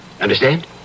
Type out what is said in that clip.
Understand